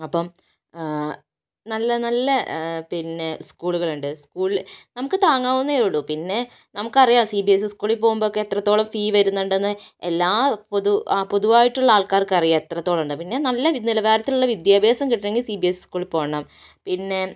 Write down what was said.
അപ്പം നല്ല നല്ല പിന്നെ സ്കൂളുകളുണ്ട് സ്കൂൾ നമുക്ക് താങ്ങാവുന്നതേ ഉള്ളൂ പിന്നെ നമുക്കറിയാം സി ബി എസ് ഇ സ്കൂളിൽ പോവുമ്പൊക്കെ എത്രത്തോളം ഫീ വരുന്നുണ്ടെന്ന് എല്ലാ പൊതു അ പൊതുവായിട്ടുള്ള ആൾക്കാർക്കറിയാം എത്രത്തോളം ഉണ്ടെന്ന് പിന്നെ നല്ല നിലവാരത്തിലുള്ള വിദ്യാഭ്യാസം കിട്ടണമെങ്കിൽ സി ബി എസ് ഇ സ്കൂളില് പോകണം പിന്നെ